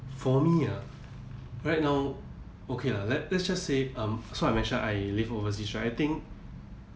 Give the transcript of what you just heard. for me ah right now okay lah let let's just say um so I mentioned I live overseas right I think